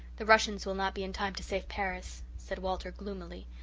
the russians will not be in time to save paris, said walter gloomily.